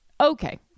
okay